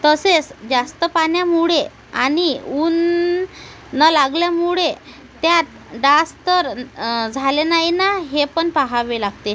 तसेच जास्त पाण्यामुळे आणि ऊन न लागल्यामुळे त्यात डास तर झाले नाही ना हे पण पहावे लागते